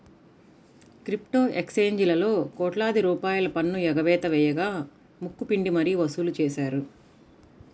crypto ఎక్స్చేంజీలలో కోట్లాది రూపాయల పన్ను ఎగవేత వేయగా ముక్కు పిండి మరీ వసూలు చేశారు